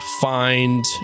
find